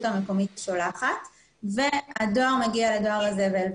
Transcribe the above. המקומית שולחת והדואר מגיע לדואר הזבל.